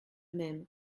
même